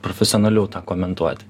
profesionaliau tą komentuoti